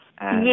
Yes